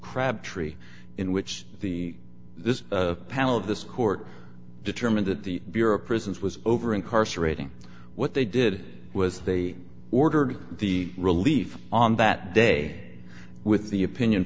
crabtree in which the this panel of this court determined that the bureau of prisons was over incarcerating what they did was they ordered the relief on that day with the opinion